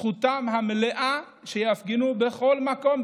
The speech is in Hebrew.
זכותם המלאה להפגין בכל מקום,